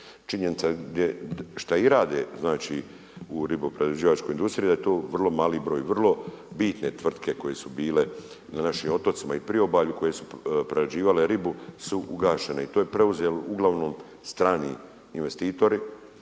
činjenica je šta i rade znači, u ribo-prerađivačkoj industriji da je to vrlo mali broj, vrlo bitne tvrtke koje su bile na našim otocima i priobalju, koje su prerađivale ribu su ugašene i to je preuzeo uglavnom strani investitori